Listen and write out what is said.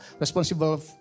responsible